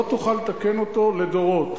לא תוכל לתקן אותו לדורות.